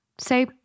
Say